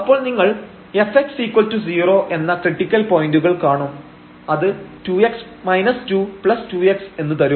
അപ്പോൾ നിങ്ങൾ fx0 എന്ന ക്രിട്ടിക്കൽ പോയന്റുകൾ കാണും അത് 2x 22x എന്ന് തരും